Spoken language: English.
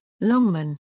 Longman